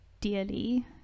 dearly